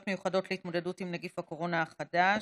מיוחדות להתמודדות עם נגיף הקורונה החדש.